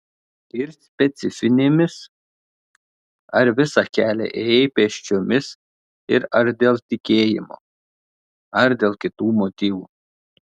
ir specifinėmis ar visą kelią ėjai pėsčiomis ir ar dėl tikėjimo ar dėl kitų motyvų